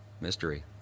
Mystery